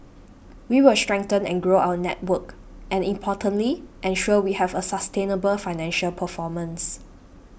we will strengthen and grow our network and importantly ensure we have a sustainable financial performance